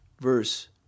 verse